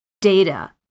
data